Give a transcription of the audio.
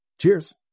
Cheers